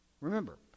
Remember